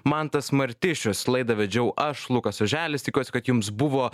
mantas martišius laidą vedžiau aš lukas oželis tikiuosi kad jums buvo